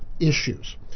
issues